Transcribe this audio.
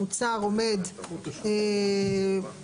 אז כל חריגה מהפקודה אצלו היא משמעות שלה היא פלילית,